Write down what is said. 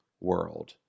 world